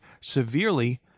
severely